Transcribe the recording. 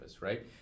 right